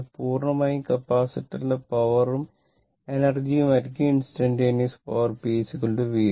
അതിനാൽ പൂർണ്ണമായും കപ്പാസിറ്റീവിലെ പവർ ഉം എനർജി ഉം ആയിരിക്കും instantaneous power p v i